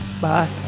Bye